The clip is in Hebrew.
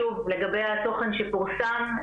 לגבי התוכן שפורסם,